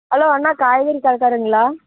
hello அண்ணா காய்கறி கடைக்காருங்களா